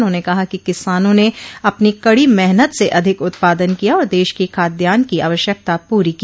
उन्होंने कहा कि किसानों ने अपनी कड़ी मेहनत से अधिक उत्पादन किया और देश की खाद्यान्न की आवश्यकता पूरी की